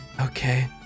Okay